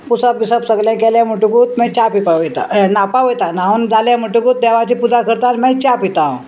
पुसप बिसप सगलें गेलें म्हणटकूच मागीर च्या पिवपा वयता हें न्हावपा वयता न्हावून जालें म्हणटकूच देवाची पुजा करता मागीर च्या पिता हांव